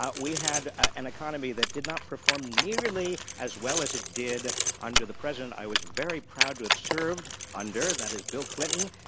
ah we had an economy that did not perform nearly as well as it did under the president i was very proud to have served under, that is bill clinton,